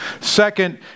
Second